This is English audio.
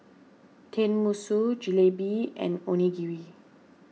Tenmusu Jalebi and Onigiri